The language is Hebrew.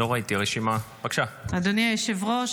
אדוני היושב-ראש,